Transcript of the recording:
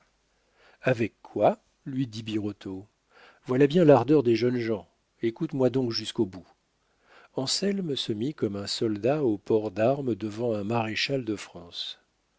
avec quoi lui dit birotteau voilà bien l'ardeur des jeunes gens écoute-moi donc jusqu'au bout anselme se mit comme un soldat au port d'armes devant un maréchal de france